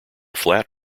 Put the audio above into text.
flat